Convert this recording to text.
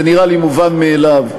זה נראה לי מובן מאליו,